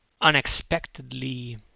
unexpectedly